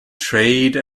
trade